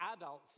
adults